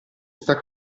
sta